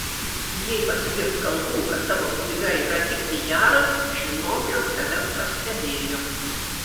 jei pasigirs kalbų kad tavo knyga yra tik pijaras žinok jog tave pastebėjo